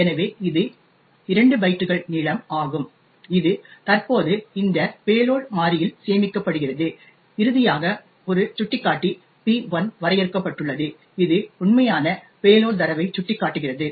எனவே இது 2 பைட்டுகள் நீளம் ஆகும் இது தற்போது இந்த பேலோட் மாறியில் சேமிக்கப்படுகிறது இறுதியாக ஒரு சுட்டிக்காட்டி p1 வரையறுக்கப்பட்டுள்ளது இது உண்மையான பேலோட் தரவை சுட்டிக்காட்டுகிறது